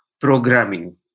programming